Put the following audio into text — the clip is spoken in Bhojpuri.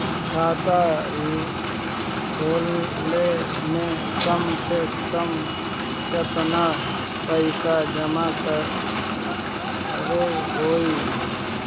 खाता खोले में कम से कम केतना पइसा जमा करे के होई?